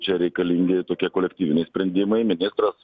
čia reikalingi tokie kolektyviniai sprendimai ministras